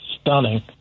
stunning